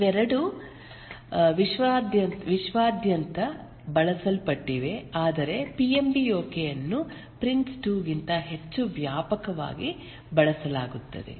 ಇವೆರಡೂ ವಿಶ್ವಾದ್ಯಂತ ಬಳಸಲ್ಪಟ್ಟಿವೆ ಆದರೆ ಪಿಎಂಬಿಓಕೆ ಅನ್ನು ಪ್ರಿನ್ಸ್2 ಗಿಂತ ಹೆಚ್ಚು ವ್ಯಾಪಕವಾಗಿ ಬಳಸಲಾಗುತ್ತದೆ